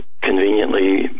conveniently